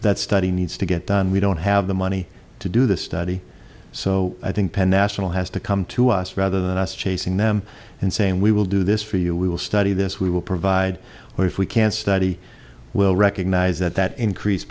that study needs to get done we don't have the money to do the study so i think penn national has to come to us rather than us chasing them and saying we will do this for you we will study this we will provide what if we can study we'll recognize that that increase